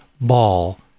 ball